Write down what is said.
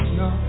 no